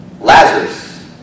Lazarus